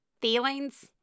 feelings